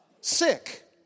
sick